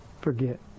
forget